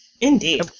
indeed